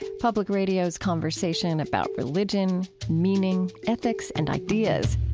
public radio's conversation about religion, meaning, ethics, and ideas